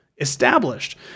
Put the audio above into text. established